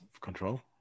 Control